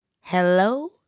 Hello